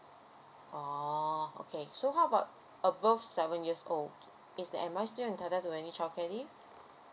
oh okay so how about above seven years old is am I still entitled to any childcare leave